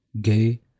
gay